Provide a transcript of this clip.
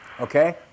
Okay